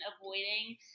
avoiding